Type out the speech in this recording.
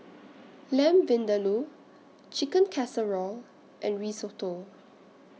Lamb Vindaloo Chicken Casserole and Risotto